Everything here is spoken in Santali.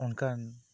ᱚᱱᱠᱟᱱ